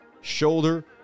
shoulder